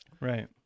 Right